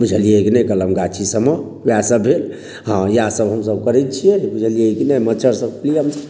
बुझलियै कि नहि कलम गाछी सभमे वएह सभ भेल हॅं इएह सब हमसभ करैत छियै बुझलियै की नहि मच्छर सभ